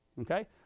Okay